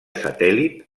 satèl·lit